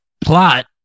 plot